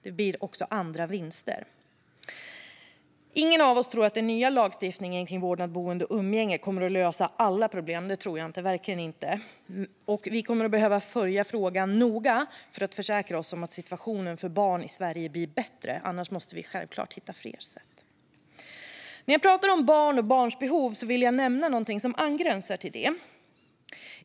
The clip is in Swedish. Det blir också andra vinster. Ingen av oss tror att den nya lagstiftningen kring vårdnad, boende och umgänge kommer att lösa alla problem; det tror jag verkligen inte. Vi kommer att behöva följa frågan noga för att försäkra oss om att situationen för barn i Sverige blir bättre, och annars måste vi självklart hitta fler sätt. När jag pratar om barn och barns behov vill jag nämna någonting som angränsar till det.